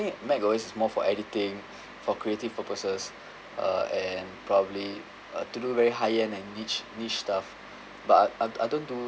mac O_S is more for editing for creative purposes uh and probably uh to do very high end and niche niche stuff but I I don't do